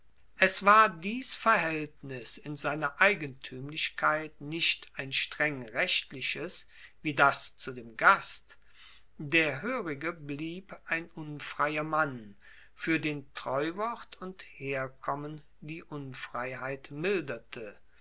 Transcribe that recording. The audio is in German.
es war dies verhaeltnis in seiner eigentuemlichkeit nicht ein streng rechtliches wie das zu dem gast der hoerige blieb ein unfreier mann fuer den treuwort und herkommen die unfreiheit milderte